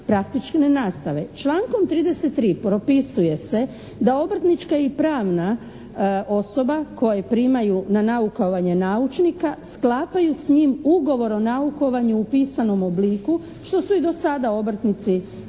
praktične nastave. Člankom 33. propisuje se da obrtnička i pravna osoba koje primaju na naukovanje naučnika sklapaju s njim ugovor o naukovanju u pisanom obliku što su i do sada obrtnici